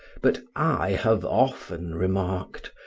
but i have often remarked,